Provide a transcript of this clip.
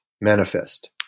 manifest